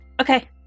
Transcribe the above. Okay